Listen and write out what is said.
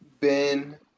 Ben